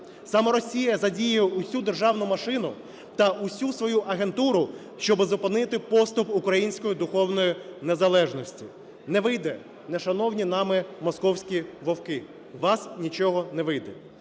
Саме Росія задіяла всю державну машину та всю свою агентуру, щоби зупинити поступ української духовної незалежності. Не вийде, не шановані нами "московські вовки". У вас нічого не вийде.